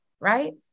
right